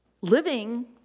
living